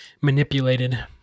manipulated